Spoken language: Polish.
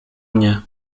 mnie